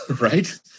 right